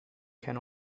can